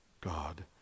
God